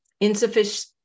insufficient